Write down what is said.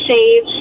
Save